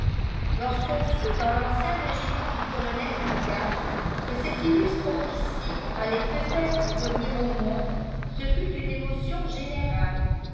lorsqu'on sut dans l'ancien régiment du colonel fougas que cet illustre officier allait peut-être revenir au monde ce fut une émotion générale